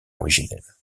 originelle